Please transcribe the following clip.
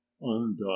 undone